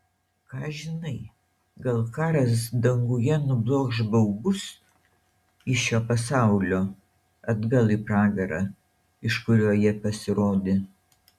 ką žinai gal karas danguje nublokš baubus iš šio pasaulio atgal į pragarą iš kurio jie pasirodė